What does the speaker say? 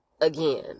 again